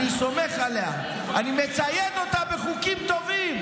אני סומך עליה, אני מצייד אותה בחוקים טובים.